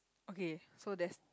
okay so there's